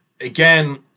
again